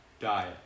diet